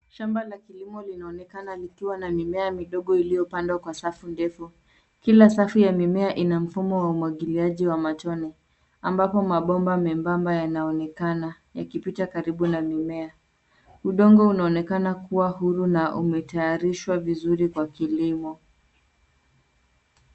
Shamba la kilimo linaonekana likiwa na mimema midogo iliyopandwa kwa safu ndefu. Kila safu ya mimea ina mfumo wa umwagiliaji wa matone, ambapo mabomba membamba yanaonekana yakipita karibu na mimea. Udongo unaonekana kuwa huru na umetayarishwa viruzi kwa kilimo.